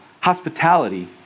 hospitality